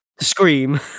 scream